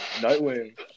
Nightwing